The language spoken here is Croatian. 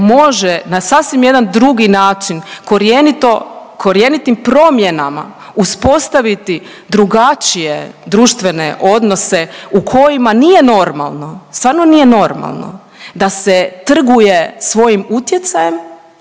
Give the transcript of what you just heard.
može na sasvim jedan drugi način korjenito, korjenitim promjenama uspostaviti drugačije društvene odnose u kojima nije normalno, stvarno nije normalno da se trguje svojim utjecajem